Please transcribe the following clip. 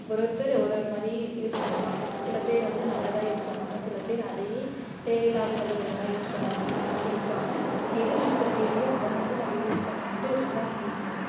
ஒரு ஒரொத்தர் ஒரு ஒரு மாதிரி யூஸ் பண்ணுவாங்க சில பேர் வந்து நல்லதாக யூஸ் பண்ணுவாங்க சில பேர் அதையே தேவையில்லாத வழிகளெலாம் யூஸ் பண்ணுவாங்க அந்த மாதிரி இருக்காமல் எது நமக்கு தேவையோ அதை மட்டும் நம்ம யூஸ் பண்ணிகிட்டு இருந்தால் யூஸ் ஆகும்